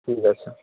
ঠিক আছে